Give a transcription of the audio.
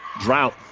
drought